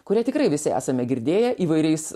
kurią tikrai visi esame girdėję įvairiais